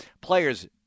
Players